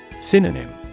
Synonym